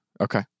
Okay